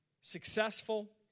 successful